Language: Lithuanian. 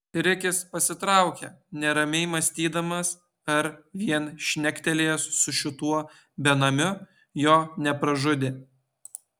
rikis pasitraukė neramiai mąstydamas ar vien šnektelėjęs su šituo benamiu jo nepražudė